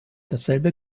dasselbe